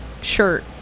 shirt